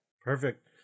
Perfect